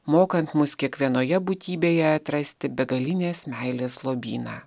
mokant mus kiekvienoje būtybėje atrasti begalinės meilės lobyną